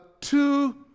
two